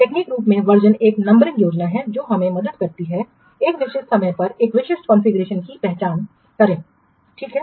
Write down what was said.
इसलिए अधिक तकनीकी रूप से वर्जनएक नंबरिंग योजना है जो हमें मदद करती है एक निश्चित समय पर एक विशिष्ट कॉन्फ़िगरेशन की पहचान करें ठीक है